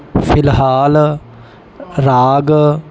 ਫਿਲਹਾਲ ਰਾਗ